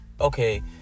okay